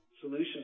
solution